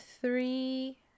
three